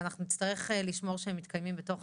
ואנחנו נצטרך לשמור שהם מתקיימים בתוך תקנות המכשירים.